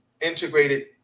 integrated